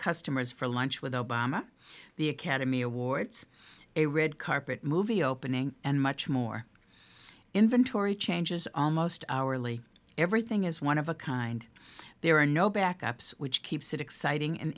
customers for lunch with obama the academy awards a red carpet movie opening and much more inventory changes almost hourly everything is one of a kind there are no back ups which keeps it exciting and